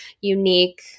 unique